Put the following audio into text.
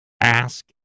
Ask